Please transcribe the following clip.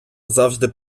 завжди